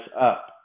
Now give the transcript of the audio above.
up